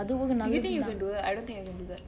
do you think you can do that I don't think I can do that